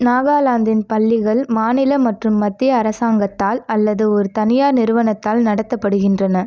நாகாலாந்தின் பள்ளிகள் மாநில மற்றும் மத்திய அரசாங்கத்தால் அல்லது ஒரு தனியார் நிறுவனத்தால் நடத்தப்படுகின்றன